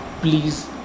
please